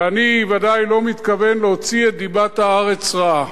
ואני ודאי לא מתכוון להוציא את דיבת הארץ רעה.